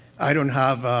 i don't have, ah,